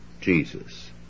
Jesus